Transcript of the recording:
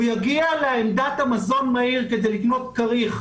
הוא יגיע לעמדת המזון המהיר כדי לקנות כריך,